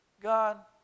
God